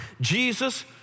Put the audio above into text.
Jesus